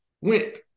went